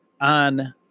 on